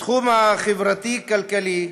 בתחום החברתי-כלכלי,